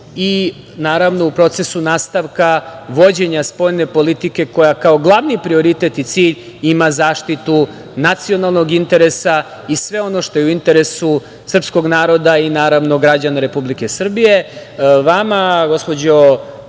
i naravno, u procesu nastavka vođenja spoljne politike, koja kao glavni prioritet i cilj ima zaštitu nacionalnog interesa i sve ono što je u interesu srpskog naroda i građana Republike Srbije. Vama, gospođo